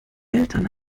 eltern